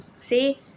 See